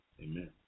Amen